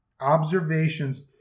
observations